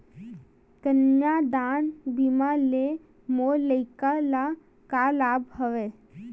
कन्यादान बीमा ले मोर लइका ल का लाभ हवय?